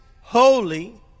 holy